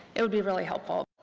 it'd be really helpful.